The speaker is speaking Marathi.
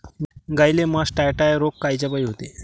गाईले मासटायटय रोग कायच्यापाई होते?